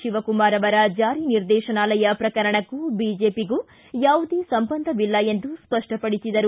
ಶಿವಕುಮಾರ್ ಅವರ ಜಾರಿ ನಿರ್ದೇಶನಾಲಯ ಪ್ರಕರಣಕ್ಕೂ ಬಿಜೆಪಿಗೂ ಯಾವುದೇ ಸಂಬಂಧವಿಲ್ಲ ಎಂದು ಸ್ಪಪ್ಟಪಡಿಸಿದರು